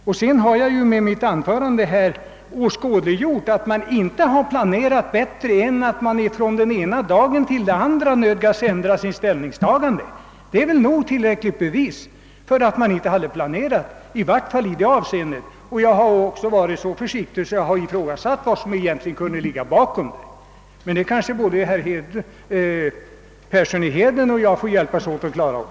Dessutom har jag i mitt anförande åskådliggjort att man inte planerat bättre än att man från den ena dagen till till den: andra nödgas ändra sitt ställningstagande. Det är väl tillräckligt bevis för att man inte hade planerat åtminstone i detta avseende. Jag har också varit 'så försiktig att jag ifrågasatt vad som 'egentligen kunde ligga bakom. Men det kanske herr Persson i Heden och jag får hjälpas åt att klara upp.